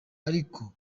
ariko